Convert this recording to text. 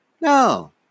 No